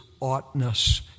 oughtness